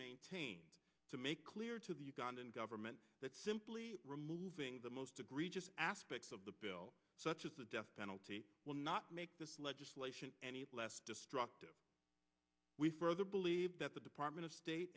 maintained to make clear to the ugandan government that simply removing the most egregious aspects of the bill such as the death penalty will not make this legislation any less destructive we further believe that the department of state